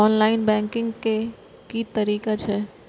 Online banking के की तरीका छै?